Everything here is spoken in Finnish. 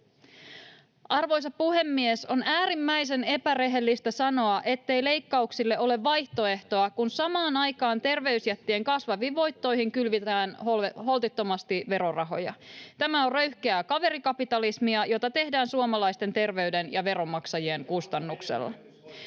Arvoisa puhemies! On äärimmäisen epärehellistä sanoa, ettei leikkauksille ole vaihtoehtoa, kun samaan aikaan terveysjättien kasvaviin voittoihin kylvetään holtittomasti verorahoja. Tämä on röyhkeää kaverikapitalismia, jota tehdään suomalaisten terveyden ja veronmaksajien kustannuksella.